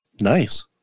Nice